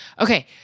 Okay